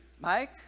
Mike